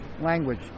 language